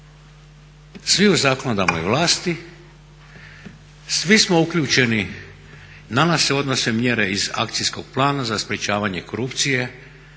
svi u zakonodavnoj vlasti, svi smo uključeni, na nas se odnose mjere iz akcijskog plana za sprječavanje korupcije